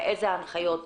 ואיזה הנחיות נותן.